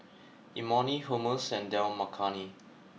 Imoni Hummus and Dal Makhani